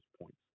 points